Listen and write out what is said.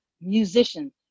musicians